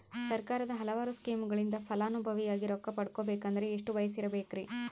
ಸರ್ಕಾರದ ಹಲವಾರು ಸ್ಕೇಮುಗಳಿಂದ ಫಲಾನುಭವಿಯಾಗಿ ರೊಕ್ಕ ಪಡಕೊಬೇಕಂದರೆ ಎಷ್ಟು ವಯಸ್ಸಿರಬೇಕ್ರಿ?